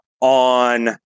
on